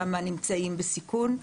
שמה נמצאים בסיכון.